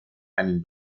einen